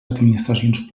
administracions